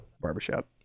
barbershop